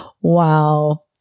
Wow